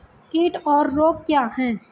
कीट और रोग क्या हैं?